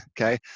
Okay